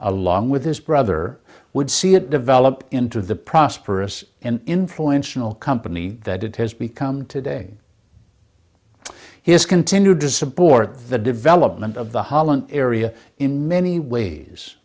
along with his brother would see it develop into the prosperous and influential company that it has become today has continued to support the development of the holland area in many ways